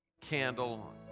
candle